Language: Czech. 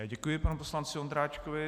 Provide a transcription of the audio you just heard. Děkuji panu poslanci Ondráčkovi.